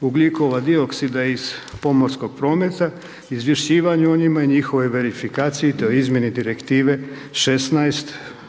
ugljikova dioksida iz pomorskog prometa, izvješćivanju o njima i njihovoj verifikaciji te o izmjeni Direktive 16 od